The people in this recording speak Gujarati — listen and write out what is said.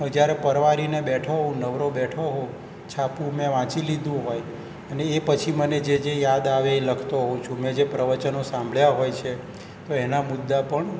હું જ્યારે પરવારીને બેઠો હોઉં નવરો બેઠો હોઉં છાપું મે વાંચી લીધું હોય અને એ પછી મને જે જે યાદ આવે એ લખતો હોઉં છું મેં જે પ્રવચનો સાંભળ્યા હોય છે તો એનાં મુદ્દા પણ